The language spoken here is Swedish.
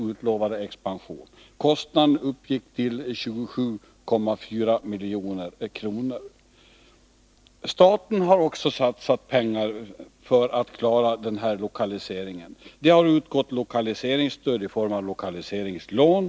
Även staten har satsat pengar för att klara den här lokaliseringen. Det har utgått stöd i form av lokaliseringslån.